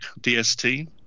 DST